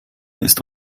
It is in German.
ist